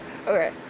okay